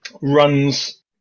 runs